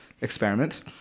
experiment